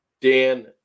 Dan